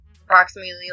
approximately